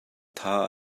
tha